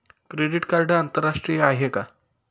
Credit card आंतरराष्ट्रीय आहे का?